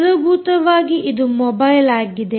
ಮೂಲಭೂತವಾಗಿ ಇದು ಮೊಬೈಲ್ಆಗಿದೆ